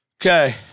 Okay